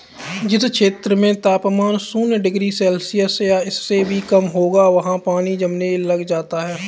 जिस क्षेत्र में तापमान शून्य डिग्री सेल्सियस या इससे भी कम होगा वहाँ पानी जमने लग जाता है